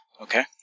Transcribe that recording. Okay